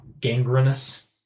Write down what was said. Gangrenous